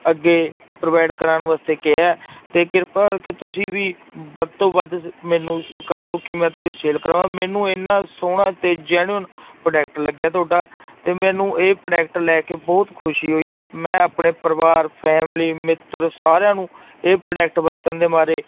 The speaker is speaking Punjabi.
ਅੱਗੇ ਪ੍ਰੋਵਾਈਡ ਕਰਾਉਣ ਵਾਸਤੇ ਕਿਹਾ ਅਤੇ ਕਿਰਪਾ ਕਰਕੇ ਤੁਸੀਂ ਵੀ ਵੱਧ ਤੋਂ ਵੱਧ ਜ਼ ਮੈਨੂੰ ਕਰਵਾਓ ਕਿ ਮੈਂ ਤੁਹਾਡੀ ਸੇਲ ਕਰਾਵਾਂ ਮੈਨੂੰ ਇੰਨਾ ਸੋਹਣਾ ਅਤੇ ਜੈਨੂਨ ਪ੍ਰੋਡਕਟ ਲੱਗਿਆ ਤੁਹਾਡਾ ਅਤੇ ਮੈਨੂੰ ਇਹ ਪ੍ਰੋਡਕਟ ਲੈ ਕੇ ਬਹੁਤ ਖੁਸ਼ੀ ਹੋਈ ਹੈ ਮੈਂ ਆਪਣੇ ਪਰਿਵਾਰ ਫੈਮਲੀ ਮਿੱਤਰ ਸਾਰਿਆਂ ਨੂੰ ਇਹ ਪ੍ਰੋਡਕਟ ਵਰਤਣ ਦੇ ਮਾਰੇ